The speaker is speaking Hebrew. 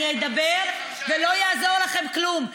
אני אדבר ולא יעזור לכם כלום.